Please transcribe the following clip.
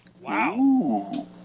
Wow